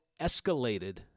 escalated